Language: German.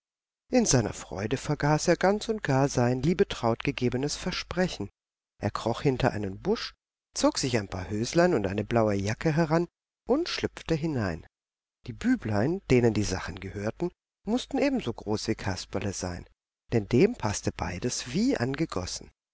in seiner freude vergaß er ganz und gar sein liebetraut gegebenes versprechen er kroch hinter einen busch zog sich ein paar höslein und eine blaue jacke heran und schlüpfte hinein die büblein denen die sachen gehörten mußten ebenso groß wie kasperle sein denn dem paßte beides wie angegossen